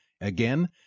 Again